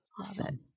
Awesome